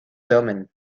domain